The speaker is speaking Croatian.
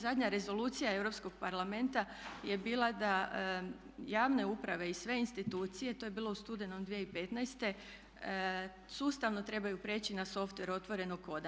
Zadnja rezolucija Europskog parlamenta je bila da javne uprave i sve institucije, to je bilo u studenom 2015. sustavno trebaju prijeći na software otvorenog koda.